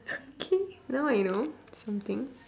okay now I know something